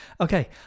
Okay